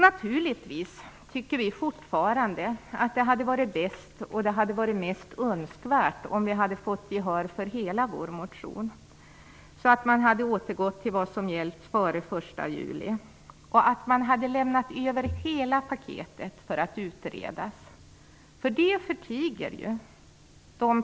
Naturligtvis tycker vi fortfarande att det hade varit bäst och mest önskvärt om vi hade fått gehör för hela vår motion, dvs. att återgå till vad som gällde före den 1 juli och att hela paketet hade lämnats över för utredning.